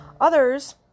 Others